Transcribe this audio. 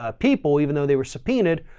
ah people, even though they were subpoenaed,